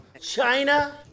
China